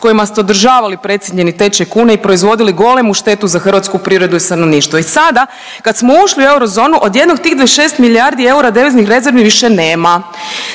s kojima ste održavali precijenjeni tečaj kune i proizvodili golemu štetu za hrvatsku privredu i stanovništvo i sada kada smo ušli u eurozonu odjednom tih 26 milijardi deviznih rezervi više nema.